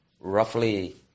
roughly